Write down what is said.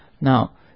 Now